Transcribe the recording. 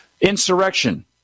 Insurrection